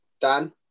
Dan